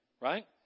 right